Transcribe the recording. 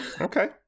Okay